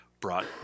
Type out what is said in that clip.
brought